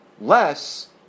less